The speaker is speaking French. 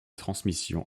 transmission